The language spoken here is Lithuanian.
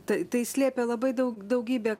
tai tai slėpė labai daug daugybę